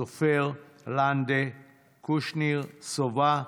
סופר, לנדה, קושניר, סובה,